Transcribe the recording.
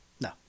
No